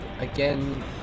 again